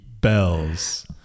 bells